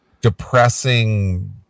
depressing